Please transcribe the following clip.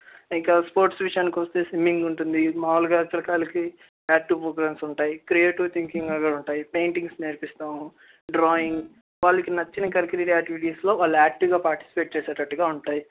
ఇంకా స్పోర్ట్స్ విషయానికొస్తే స్విమ్మింగ్ ఉంటుంది మామూలుగా పిల్లకాయలకి యాక్టివ్ పోగ్రామ్స్ ఉంటాయి క్రియేటివ్ థింకింగ్ అవి ఉంటాయి పెయింటింగ్స్ నేర్పిస్తాము డ్రాయింగ్ వాళ్ళకి నచ్చిన కరిక్యులర్ యాక్టివిటీస్లో వాళ్ళు యాక్టివ్గా పార్టిసిపేట్ చేసేటట్టుగా ఉంటాయి